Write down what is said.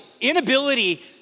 inability